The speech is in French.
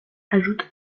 ajoute